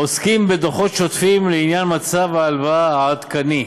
עוסקים בדוחות שוטפים לעניין מצב ההלוואה העדכני.